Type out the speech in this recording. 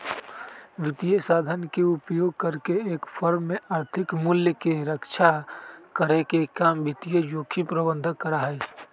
वित्तीय साधन के उपयोग करके एक फर्म में आर्थिक मूल्य के रक्षा करे के काम वित्तीय जोखिम प्रबंधन करा हई